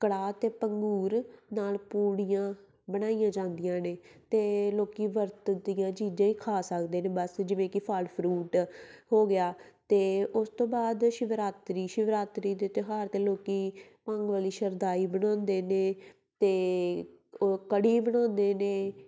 ਕੜਾਹ ਅਤੇ ਪੰਗੂਰ ਨਾਲ ਪੂੜੀਆਂ ਬਣਾਈਆਂ ਜਾਂਦੀਆਂ ਨੇ ਅਤੇ ਲੋਕ ਵਰਤ ਦੀਆਂ ਚੀਜ਼ਾਂ ਹੀ ਖਾ ਸਕਦੇ ਨੇ ਬਸ ਜਿਵੇਂ ਕਿ ਫਲ ਫਰੂਟ ਹੋ ਗਿਆ ਅਤੇ ਉਸ ਤੋਂ ਬਾਅਦ ਸ਼ਿਵਰਾਤਰੀ ਸ਼ਿਵਰਾਤਰੀ ਦੇ ਤਿਉਹਾਰ 'ਤੇ ਲੋਕ ਭੰਗ ਵਾਲੀ ਸ਼ਰਦਾਈ ਬਣਾਉਂਦੇ ਨੇ ਅਤੇ ਉਹ ਕੜੀ ਬਣਾਉਂਦੇ ਨੇ